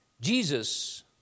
Jesus